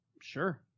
Sure